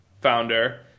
founder